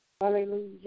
Hallelujah